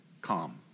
calm